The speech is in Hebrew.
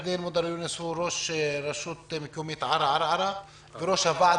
שהוא ראש הרשות המקומית ערערה וראש הוועד